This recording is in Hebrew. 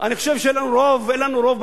אני חושב שאין לנו רוב באצבעות,